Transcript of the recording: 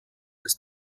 des